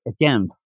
again